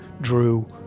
drew